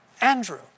Andrew